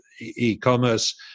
e-commerce